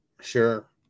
Sure